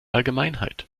allgemeinheit